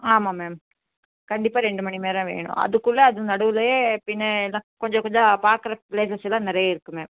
ஆமாம் மேம் கண்டிப்பாக ரெண்டு மணி மேலே வேணும் அதுக்குள்ளே அது நடுவுலேயே பின்னே தான் கொஞ்சம் கொஞ்சம் பாக்குற ப்ளேஸஸ்ஸெல்லாம் நிறைய இருக்குது மேம்